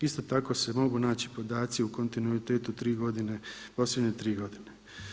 Isto tako se mogu naći podaci u kontinuitetu tri godine, posljednje tri godine.